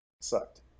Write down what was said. sucked